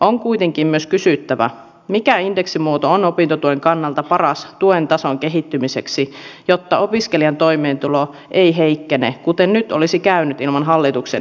on kuitenkin myös kysyttävä mikä indeksimuoto on opintotuen kannalta paras tuen tason kehittymiseksi jotta opiskelijan toimeentulo ei heikkene kuten nyt olisi käynyt ilman hallituksen esitystä